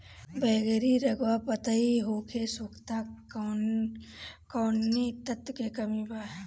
बैगरी रंगवा पतयी होके सुखता कौवने तत्व के कमी बा?